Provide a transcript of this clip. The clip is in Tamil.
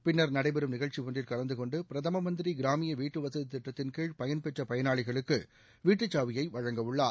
பின்னர் நடைபெறும் நிகழ்ச்சி ஒன்றில் கலந்துகொண்டு பிரதம மந்திரி கிராமிய வீட்டு வசதி திட்டத்தின் கீழ் பயன்பெற்ற பயனாளிகளுக்கு வீட்டு சாவியை வழங்கவுள்ளார்